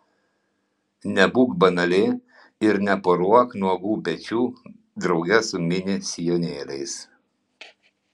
nebūk banali ir neporuok nuogų pečių drauge su mini sijonėliais